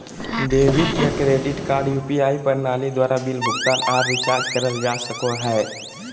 debit या credit card UPI प्रणाली द्वारा बिल भुगतान आर रिचार्ज करल जा सको हय